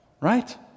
right